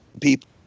people